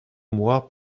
moi